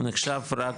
הוא נחשב רק